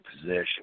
position